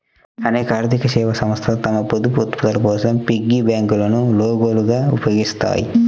అనేక ఆర్థిక సేవా సంస్థలు తమ పొదుపు ఉత్పత్తుల కోసం పిగ్గీ బ్యాంకులను లోగోలుగా ఉపయోగిస్తాయి